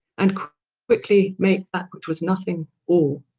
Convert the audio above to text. and quickly make that which was nothing, all,